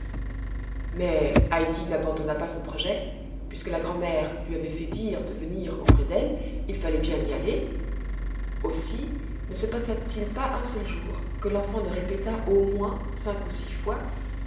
mais heidi n'abandonna pas son projet puisque la grand'mère lui avait fait dire de venir auprès d'elle il fallait bien y aller aussi ne se passa-t-il pas un seul jour que l'enfant ne répétât au moins cinq ou six fois